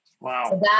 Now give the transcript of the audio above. Wow